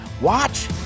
Watch